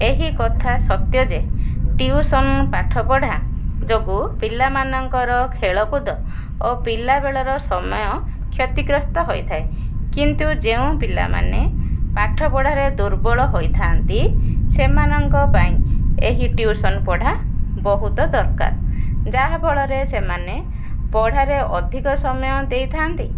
ଏହି କଥା ସତ୍ୟ ଯେ ଟିୟୁସନ୍ ପାଠପଢ଼ା ଯୋଗୁଁ ପିଲାମାନଙ୍କର ଖେଳକୁଦ ଓ ପିଲାବେଳର ସମୟ କ୍ଷତିଗ୍ରସ୍ତ ହୋଇଥାଏ କିନ୍ତୁ ଯେଉଁ ପିଲାମାନେ ପାଠପଢ଼ାରେ ଦୁର୍ବଳ ହୋଇଥାନ୍ତି ସେମାନଙ୍କ ପାଇଁ ଏହି ଟିୟୁସନ୍ ପଢ଼ା ବହୁତ ଦରକାର ଯାହାଫଳରେ ସେମାନେ ପଢ଼ାରେ ଅଧିକ ସମୟ ଦେଇଥାନ୍ତି